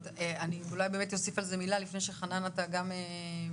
אני אוסיף על זה מילה, לפני שחנן יתייחס.